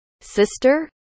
Sister